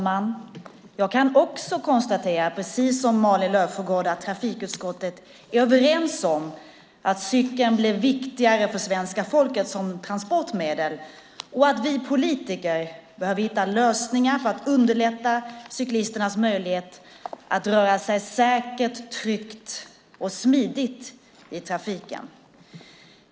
Fru talman! Jag kan också konstatera, precis som Malin Löfsjögård, att trafikutskottet är överens om att cykeln blir viktigare för svenska folket som transportmedel och att vi politiker behöver hitta lösningar för att underlätta cyklisternas möjligheter att röra sig säkert, tryggt och smidigt i trafiken.